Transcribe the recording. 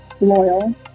Loyal